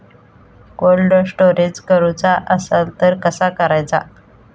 Cold storage करूचा असला तर कसा करायचा?